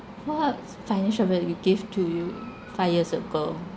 what f~ financial advice will you give to you five years ago